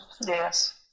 Yes